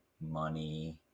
money